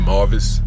Marvis